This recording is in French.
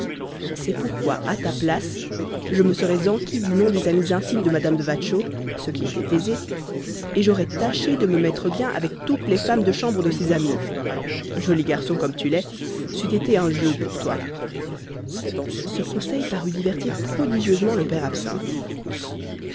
c'est pourquoi à ta place je me serais enquis du nom des amies intimes de mme de watchau ce qui était aisé et j'aurais tâché de me mettre bien avec toutes les femmes de chambre de ces amies joli garçon comme tu l'es c'eût été un jeu pour toi ce conseil parut divertir prodigieusement le père absinthe